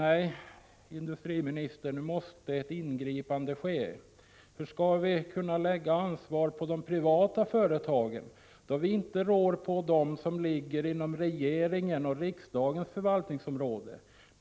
Ett ingripande måste ske, industriministern. Hur skall vi kunna lägga ansvar på de privata företagen, om vi inte rår på de företag som ligger inom regeringens och riksdagens förvaltningsområde?